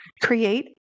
Create